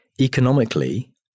Economically